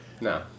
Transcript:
No